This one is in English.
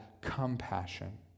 compassion